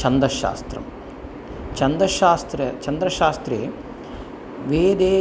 छन्दशास्त्रं छन्दशास्त्रं छन्दशास्त्रे वेदे